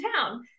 town